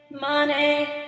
Money